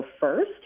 first